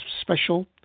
special